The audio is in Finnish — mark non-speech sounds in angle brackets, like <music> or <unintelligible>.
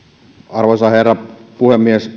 arvoisa herra puhemies <unintelligible>